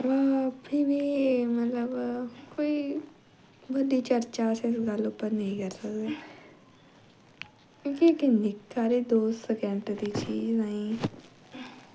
अवा फ्ही बी मतलव कोई मती चर्चा इस गल्ल उप्पर अस नेईं करी सकदे क्योंकि निक्की हारी दो स्कैंट दी चीज़ गी